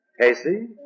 Casey